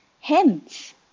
Hence